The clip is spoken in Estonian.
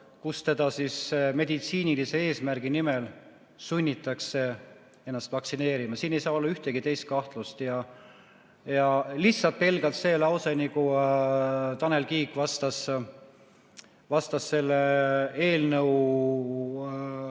kus teda meditsiinilise eesmärgi nimel sunnitakse laskma ennast vaktsineerima. Siin ei saa olla ühtegi teist kahtlust. Lihtsalt pelgalt see lause, nagu Tanel Kiik vastas selle eelnõu